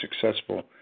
successful